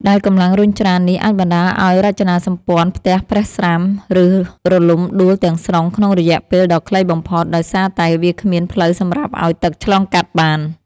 ដែលកម្លាំងរុញច្រាននេះអាចបណ្ដាលឱ្យរចនាសម្ព័ន្ធផ្ទះប្រេះស្រាំ ឬរលំដួលទាំងស្រុងក្នុងរយៈពេលដ៏ខ្លីបំផុត ដោយសារតែវាគ្មានផ្លូវសម្រាប់ឱ្យទឹកឆ្លងកាត់បាន។